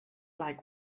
like